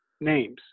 names